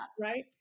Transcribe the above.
Right